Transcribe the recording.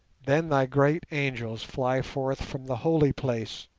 then thy great angels fly forth from the holy place,